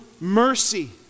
mercy